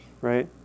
right